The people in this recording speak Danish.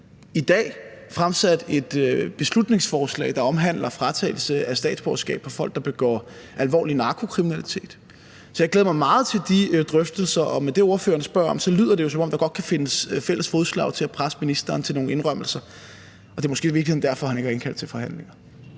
i dag fremsat et beslutningsforslag, der omhandler fratagelse af statsborgerskab for folk, der begår alvorlig narkokriminalitet. Så jeg glæder mig meget til de drøftelser, og med det, ordføreren spørger om, lyder det jo, som om der godt kan findes fælles fodslag til at presse ministeren til nogle indrømmelser. Det er måske i virkeligheden derfor, han ikke har indkaldt til forhandlinger.